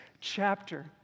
chapter